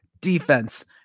defense